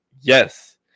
Yes